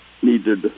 Needed